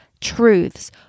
truths